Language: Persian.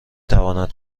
تواند